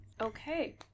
okay